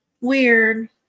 weird